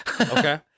okay